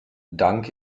dank